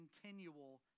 continual